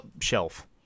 shelf